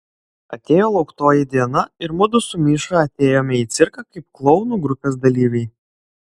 atėjo lauktoji diena ir mudu su miša atėjome į cirką kaip klounų grupės dalyviai